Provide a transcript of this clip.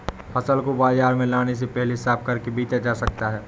फसल को बाजार में लाने से पहले साफ करके बेचा जा सकता है?